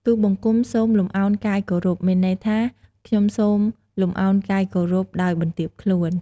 ទូលបង្គំសូមលំអោនកាយគោរព មានន័យថា "ខ្ញុំសូមលំអោនកាយគោរពដោយបន្ទាបខ្លួន"។